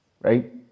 right